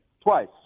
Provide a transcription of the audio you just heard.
Twice